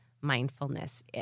mindfulness